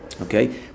Okay